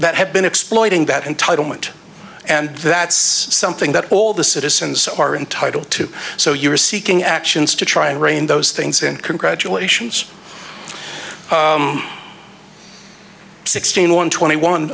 that have been exploiting that entitlement and that's something that all the citizens are entitled to so you're seeking actions to try and rein those things and congratulations sixteen one twenty one